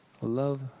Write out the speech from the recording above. love